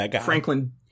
Franklin